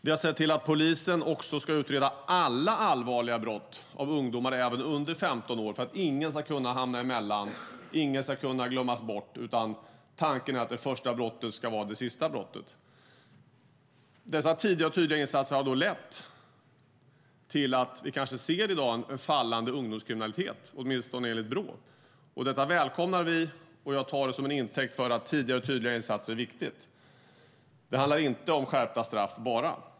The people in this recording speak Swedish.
Vi har sett till att polisen ska utreda alla allvarliga brott av ungdomar, även under 15 år, för att ingen ska kunna hamna emellan och glömmas bort, utan tanken är att det första brottet ska vara det sista brottet. Dessa tidiga och tydliga insatser har lett till att vi i dag kanske ser en fallande ungdomskriminalitet, åtminstone enligt Brå. Det välkomnar vi, och jag tar det som en intäkt för att tidiga och tydliga insatser är viktigt. Det handlar inte bara om skärpta straff.